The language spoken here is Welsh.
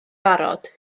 barod